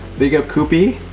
big up, cupi.